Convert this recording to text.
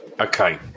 Okay